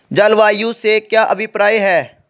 जलवायु से क्या अभिप्राय है?